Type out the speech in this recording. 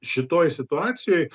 šitoj situacijoj